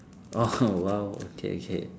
oh !wow! okay okay